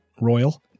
Royal